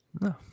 no